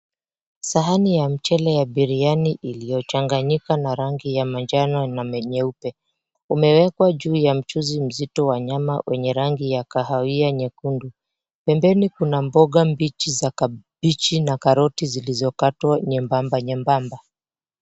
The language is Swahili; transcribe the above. Sahani ya mchele ya biriani iliyochanganyika na rangi ya manjano na nyeupe imewekwa ju ya mchuzi mzito wa nyama wenye rangi ya kahawia nyekundu, pembeni kuna mboga mbichi za kabij na karoti zilizokatwa nyembamba nyembamba.